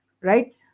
Right